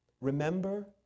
Remember